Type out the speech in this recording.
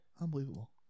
Unbelievable